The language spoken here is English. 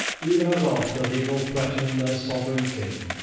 even as oft as evil threatened their sovran king.